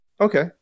Okay